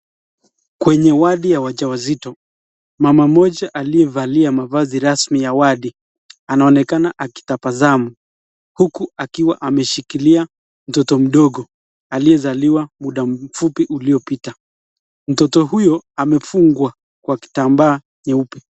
Kwenye wadi ya wajawazito mama mmoja aliyevalia mavazi rasmi ya wadi anaonekana akitabasamu huku akiwa ameshikilia mtoto mdogo aliyezaliwa muda mfupi uliopita. Mtoto huyo amefungwa kwa kitambaa nyeupe.